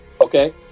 okay